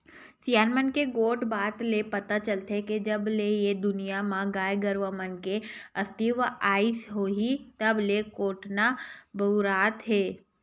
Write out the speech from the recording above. सियान मन के गोठ बात ले पता चलथे के जब ले ए दुनिया म गाय गरुवा मन के अस्तित्व आइस होही तब ले कोटना बउरात हे